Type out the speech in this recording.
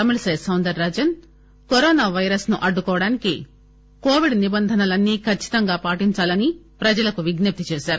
తమిళ సై Soundararajan corona virus ను అడ్డుకోవడానికి COVID నిబంధనలు అన్ని ఖచ్చితంగా పాటించాలని ప్రజలకు విజ్ఞప్తి చేశారు